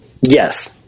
Yes